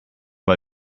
bei